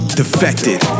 defected